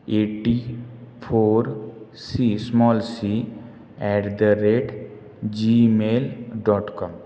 eighty four C small C at the rate gmail dot com